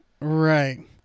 Right